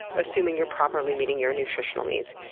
assuming you're properly meeting your nutritional needs.